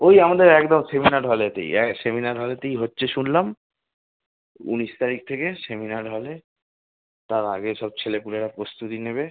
ওই আমাদের একদম সেমিনার হলেতেই অ্যা সেমিনার হলেতেই হচ্ছে শুনলাম উনিশ তারিখ থেকে সেমিনার হলে তার আগে সব ছেলে পুলেরা প্রস্তুতি নেবে